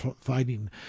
fighting